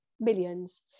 millions